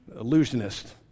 illusionist